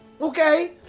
okay